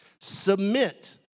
Submit